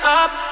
up